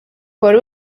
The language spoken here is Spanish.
por